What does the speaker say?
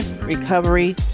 recovery